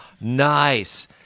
Nice